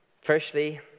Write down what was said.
Firstly